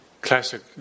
classic